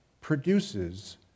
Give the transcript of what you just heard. produces